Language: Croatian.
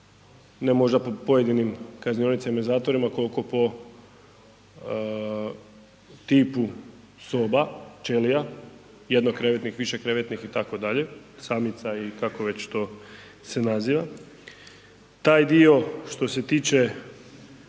ne možda po pojedinim kaznionicama i zatvorima, koliko po tipu soba, ćelija, jednokrevetnih, višekrevetnih itd., samnica i kako već to se naziva. Taj dio što se tiče